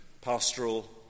pastoral